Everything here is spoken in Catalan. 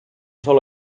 sol